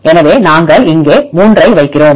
எனவே நாங்கள் இங்கே 3 ஐ வைக்கிறோம்